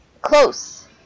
close